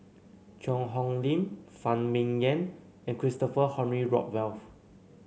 Cheang Hong Lim Phan Ming Yen and Christopher Henry Rothwell